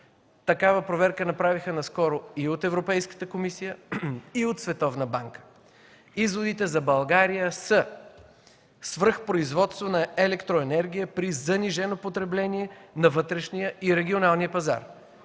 Такава проверка направиха наскоро и от Европейската комисия, и от Световната банка. Изводите за България са: свръхпроизводство на електроенергия при занижено потребление на вътрешния и регионалния пазар;